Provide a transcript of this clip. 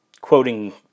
quoting